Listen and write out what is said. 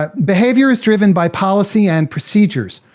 but behavior is driven by policy and procedures.